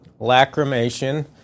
lacrimation